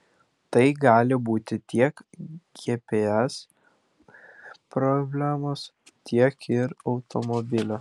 tai gali būti tiek gps problemos tiek ir automobilio